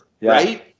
right